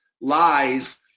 lies